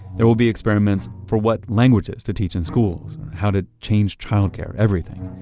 there will be experiments for what languages to teach in schools, how to change child care everything.